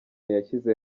yashyize